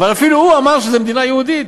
אבל אפילו הוא אמר שזאת מדינה יהודית.